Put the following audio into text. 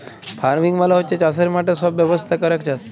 farming মালে হচ্যে চাসের মাঠে সব ব্যবস্থা ক্যরেক চাস